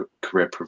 career